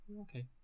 Okay